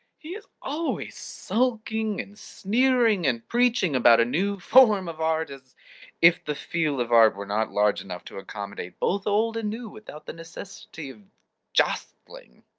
he is always sulking and sneering and preaching about a new form of art, as if the field of art were not large enough to accommodate both old and new without the necessity of jostling.